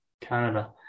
canada